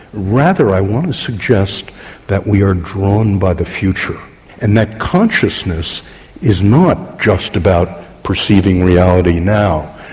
rather i want to suggest that we are drawn by the future and that consciousness is not just about perceiving reality now,